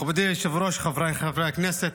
מכובדי היושב-ראש, חבריי חברי הכנסת,